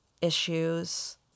issues